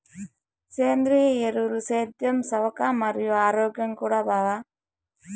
సేంద్రియ ఎరువులు సేద్యం సవక మరియు ఆరోగ్యం కూడా బావ